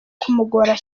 kumugora